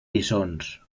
bisons